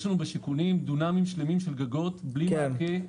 יש לנו בשיכונים דונמים שלמים של גגות בלי מעקה.